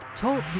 Talk